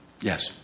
yes